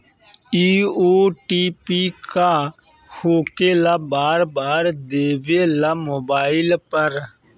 इ ओ.टी.पी का होकेला बार बार देवेला मोबाइल पर?